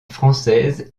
française